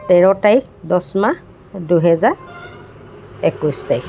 তেৰ তাৰিখ দহ মাহ দুহেজাৰ একৈছ তাৰিখ